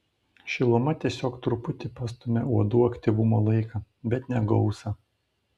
šiluma tiesiog truputį pastumia uodų aktyvumo laiką bet ne gausą